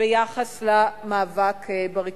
ביחס למאבק בריכוזיות.